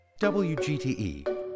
WGTE